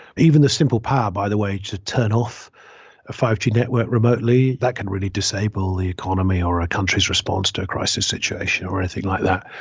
even the simple power, by the way, to turn off a five g network remotely that can really disable the economy or a country's response to a crisis situation or anything like that.